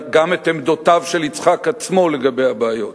גם את עמדותיו של יצחק עצמו לגבי הבעיות,